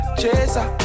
chaser